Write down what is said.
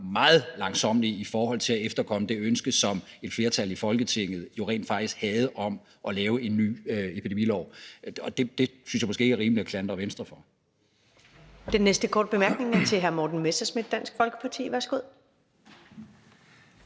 meget langsommelig i forhold til at efterkomme det ønske, som et flertal i Folketinget jo rent faktisk havde, om at lave en ny epidemilov. Og det synes jeg måske ikke er rimeligt at klandre Venstre for. Kl. 20:02 Første næstformand (Karen Ellemann): Den næste korte bemærkning er til hr. Morten Messerschmidt, Dansk Folkeparti. Værsgo.